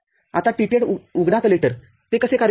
आता TTL उघडा collector ते कसे कार्य करते